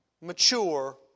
mature